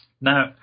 Now